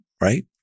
right